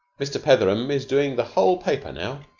mr. petheram is doing the whole paper now.